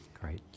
Great